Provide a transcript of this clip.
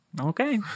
Okay